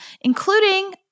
including